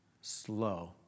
slow